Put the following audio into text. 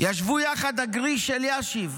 ישבו יחד הגרי"ש אלישיב,